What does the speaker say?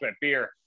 beer